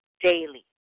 daily